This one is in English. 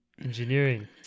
engineering